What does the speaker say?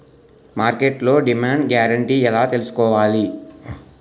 మార్కెట్లో demand guarantee ఎలా తెల్సుకోవాలి?